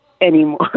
anymore